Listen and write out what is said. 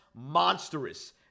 monstrous